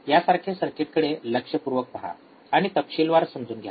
यासारखे सर्किटकडे लक्षपूर्वक पहा आणि तपशीलवारपणे समजून घ्या